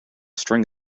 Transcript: string